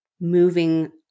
moving